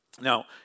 Now